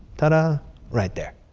ta-da. right there.